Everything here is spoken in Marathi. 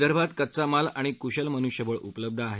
विदर्भात कच्चा माल आणि कुशलमनुष्यवळ उपलब्ध आहे